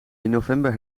november